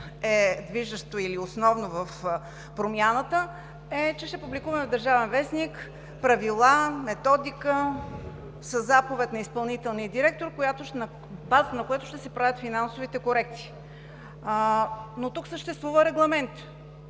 е движещо или основно в промяната, е, че ще публикуваме в „Държавен вестник“ правила, методика със заповед на изпълнителния директор, на базата на която ще се правят финансовите корекции. Но тук съществува регламент.